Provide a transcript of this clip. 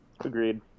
Agreed